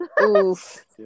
Oof